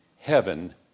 Heaven